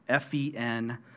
FEN